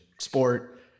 sport